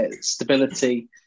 stability